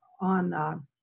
on –